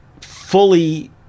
fully